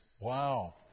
Wow